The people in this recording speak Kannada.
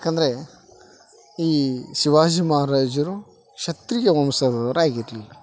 ಯಾಕಂದರೆ ಈ ಶಿವಾಜಿ ಮಹಾರಾಜರು ಕ್ಷತ್ರೀಯ ವಂಶದವರಾಗಿರಲಿಲ್ಲ